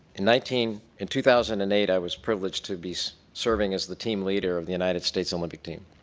in nineteen in two thousand and eight i was privileged to be serving as the team leader of the united states olympic team.